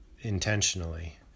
intentionally